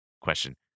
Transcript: question